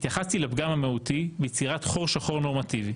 התייחסתי לפגם המהותי ביצירת חור שחור נורמטיבי.